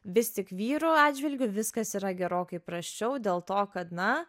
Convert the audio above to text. vis tik vyrų atžvilgiu viskas yra gerokai prasčiau dėl to kad na